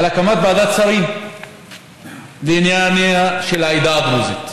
על הקמת ועדת שרים בענייניה של העדה הדרוזית,